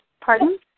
Pardon